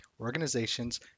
organizations